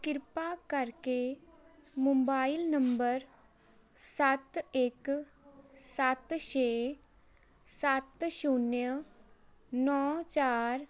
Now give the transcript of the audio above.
ਕਿਰਪਾ ਕਰਕੇ mobile number ਸੱਤ ਇੱਕ ਸੱਤ ਛੇ ਸੱਤ ਸ਼ੁਨਿਆਂ ਨੌ ਚਾਰ